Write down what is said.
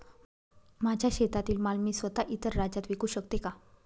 माझ्या शेतातील माल मी स्वत: इतर राज्यात विकू शकते का?